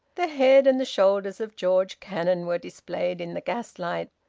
the head and the shoulders of george cannon were displayed in the gaslight.